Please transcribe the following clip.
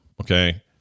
Okay